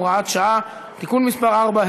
הוראת שעה) (תיקון מס' 4),